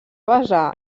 basar